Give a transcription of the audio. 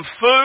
food